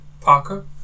Parker